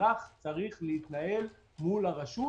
שהאזרח צריך להתנהל מול הרשות.